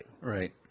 right